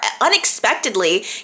unexpectedly